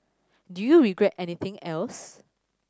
do you regret anything else